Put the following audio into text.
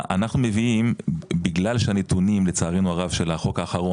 אנחנו מביאים בגלל שהנתונים לצערנו הרב של החוק האחרון